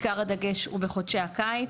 עיקר הדגש הוא בחודשי הקיץ,